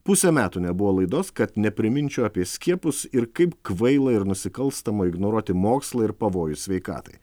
pusę metų nebuvo laidos kad nepriminčiau apie skiepus ir kaip kvaila ir nusikalstama ignoruoti mokslą ir pavojų sveikatai